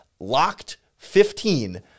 LOCKED15